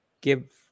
give